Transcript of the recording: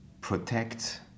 protect